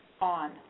on